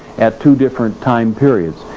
at two different time periods,